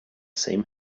same